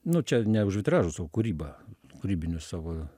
nu čia ne už vitražus o kūrybą kūrybinius savo